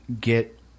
get